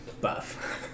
Buff